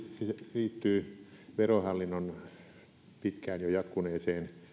liittyy verohallinnon jo pitkään jatkuneeseen